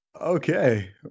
okay